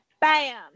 Bam